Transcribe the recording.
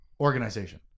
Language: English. organization